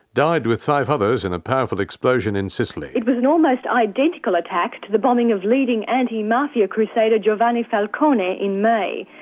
died with five others in a powerful explosion in sicily. it was an almost identical attack to the bombing of leading anti-mafia crusader giovanni falcone in may.